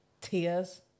tears